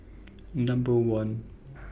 Number one